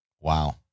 Wow